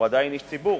הוא עדיין איש ציבור.